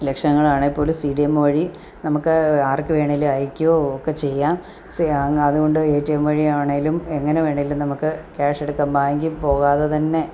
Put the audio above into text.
ലക്ഷങ്ങളാണേൽ പോലും C D M വഴി നമുക്ക് ആർക്കു വേണമെങ്കിലും അയക്കോ ഒക്കെ ചെയ്യാം സെ അങ് അതുകൊണ്ട് എ ടി എം വഴിയാണെങ്കിലും എങ്ങനെ വേണമെങ്കിലും നമുക്ക് ക്യാഷെടുക്കാം ബാങ്കിൽ പോകാതെതന്നെ